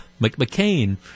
McCain